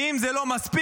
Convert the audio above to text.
ואם זה לא מספיק,